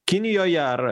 kinijoje ar